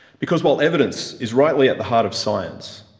because, while evidence is rightly at the heart of science,